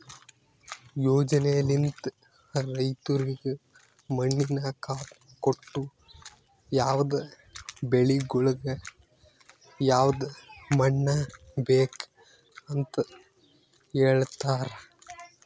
ಯೋಜನೆಲಿಂತ್ ರೈತುರಿಗ್ ಮಣ್ಣಿನ ಕಾರ್ಡ್ ಕೊಟ್ಟು ಯವದ್ ಬೆಳಿಗೊಳಿಗ್ ಯವದ್ ಮಣ್ಣ ಬೇಕ್ ಅಂತ್ ಹೇಳತಾರ್